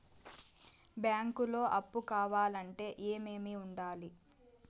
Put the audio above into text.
బ్యాంకులో అప్పు కావాలంటే ఏమేమి ఉండాలి?